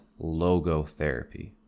Logotherapy